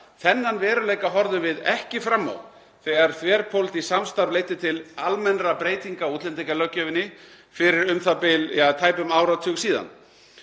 Þennan veruleika horfðum við ekki fram á þegar þverpólitískt samstarf leiddi til almennra breytinga á útlendingalöggjöfinni fyrir tæpum áratug síðan.